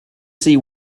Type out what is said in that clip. see